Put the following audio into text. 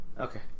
Okay